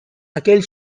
aquel